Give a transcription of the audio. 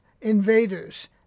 invaders